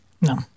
No